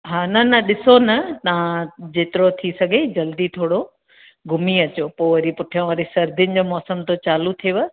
हा न न ॾिसो न तां जेतिरो थी सघे जल्दी थोड़ो घुमी अचो पो वरी पुठियां वरी सर्दीनि जो मौसम तो चालू थेव